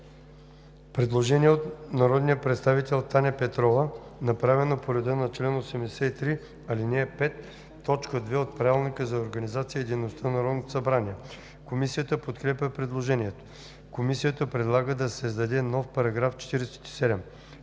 Предложение от народния представител Таня Петрова, направено по реда на чл. 83, ал. 5, т. 2 от Правилника за организацията и дейността на Народното събрание. Комисията подкрепя предложението. Комисията предлага да се създаде нов § 47: „§ 47.